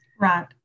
Right